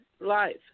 life